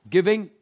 Giving